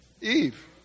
Eve